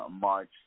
march